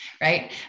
right